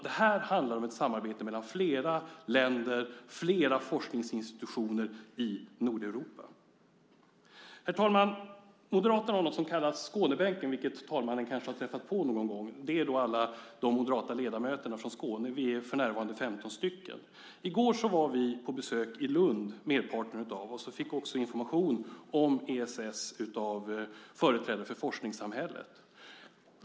Det här handlar om ett samarbete mellan flera länder och flera forskningsinstitutioner i Nordeuropa. Herr talman! Moderaterna har något som kallas Skånebänken, vilket talmannen kanske har träffat på någon gång. Det är alla de moderata ledamöterna från Skåne. Vi är för närvarande 15 stycken. I går var merparten av oss på besök i Lund. Vi fick information om ESS av företrädare för forskningssamhället.